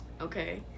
Okay